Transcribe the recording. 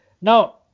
Now